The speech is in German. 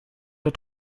der